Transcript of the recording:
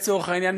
לצורך העניין,